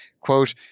Quote